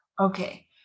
okay